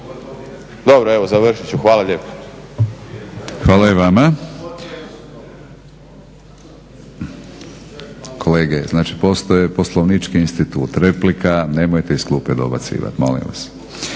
Dobro, evo završit ću. Hvala lijepo. **Batinić, Milorad (HNS)** Hvala i vama. Kolege, znači postoji poslovnički institut replike. Nemojte iz klupe dobacivati, molim vas.